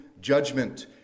judgment